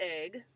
egg